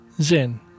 Zen